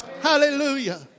Hallelujah